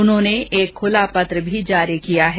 उन्होंने एक खुला पत्र भी जारी किया है